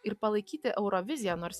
ir palaikyti euroviziją nors